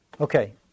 Okay